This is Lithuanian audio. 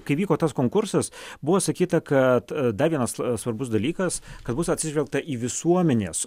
kai vyko tas konkursas buvo sakyta kad dar vienas svarbus dalykas kad bus atsižvelgta į visuomenės